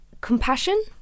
compassion